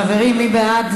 חברים, מי בעד?